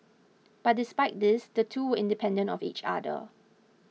but despite this the two were independent of each other